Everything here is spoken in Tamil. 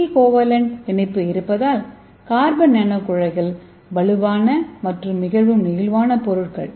சி கோவலன்ட் பிணைப்பு இருப்பதால் கார்பன் நானோகுழாய்கள் வலுவான மற்றும் மிகவும் நெகிழ்வான பொருட்கள்